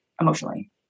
emotionally